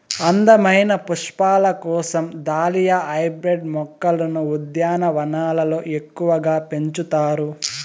అందమైన పుష్పాల కోసం దాలియా హైబ్రిడ్ మొక్కలను ఉద్యానవనాలలో ఎక్కువగా పెంచుతారు